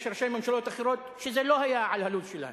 יש ראשי ממשלה אחרים שזה לא היה בלו"ז שלהם.